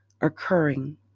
occurring